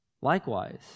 Likewise